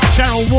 Cheryl